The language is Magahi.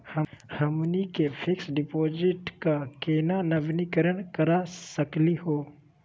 हमनी के फिक्स डिपॉजिट क केना नवीनीकरण करा सकली हो?